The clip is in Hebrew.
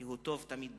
כי הוא טוב תמיד במלים,